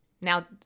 now